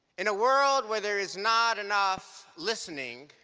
in a world where there is not enough listening,